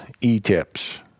E-tips